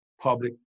public